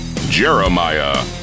Jeremiah